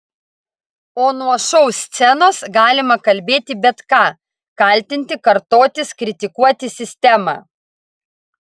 o nuo šou scenos galima kalbėti bet ką kaltinti kartotis kritikuoti sistemą